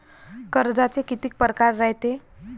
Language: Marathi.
कर्जाचे कितीक परकार रायते?